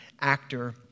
actor